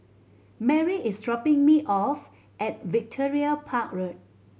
Merri is dropping me off at Victoria Park Road